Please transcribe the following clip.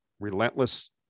relentless